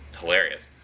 hilarious